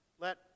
let